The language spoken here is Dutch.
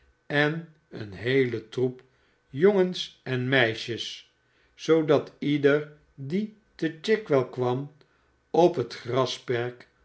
en een heelen troep jongens en meisjes zoodat ieder die te chigwell kwam op het grasperk